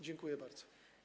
Dziękuję bardzo.